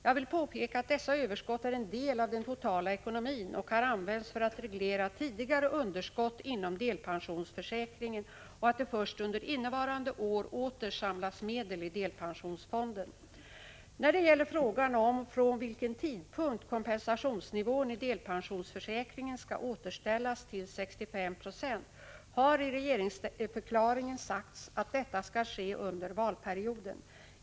Jag vill påpeka att dessa överskott är en del av den totala ekonomin och har använts för att reglera tidigare underskott inom delpensionsförsäkringen och att det först under innevarande år åter samlas medel i delpensionsfonden. När det gäller frågan om från vilken tidpunkt kompensationsnivån i delpensionsförsäkringen skall återställas till 65 76 har i regeringsförklaringen sagts att detta skall ske under valperioden.